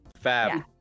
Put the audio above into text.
Fab